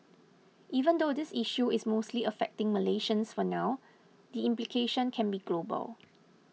even though this issue is mostly affecting Malaysians for now the implications can be global